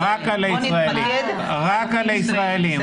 רק על הישראלים.